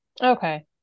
Okay